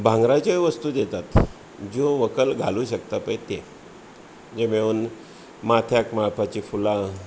भांगराचेय वस्तू दितात ज्यो व्हंकल घालूं शकता पळय ते जे मेळोवन माथ्याक माळपाचीं फुलां